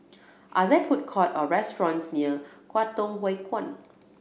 are there food court or restaurants near Kwangtung Hui Kuan